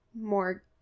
more